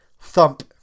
thump